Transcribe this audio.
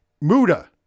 Muda